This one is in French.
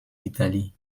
d’italie